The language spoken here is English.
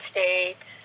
States